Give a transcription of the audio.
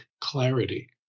clarity